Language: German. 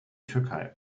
türkei